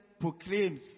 proclaims